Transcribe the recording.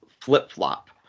Flip-flop